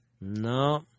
No